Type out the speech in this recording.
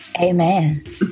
Amen